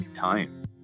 time